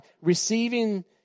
receiving